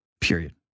Period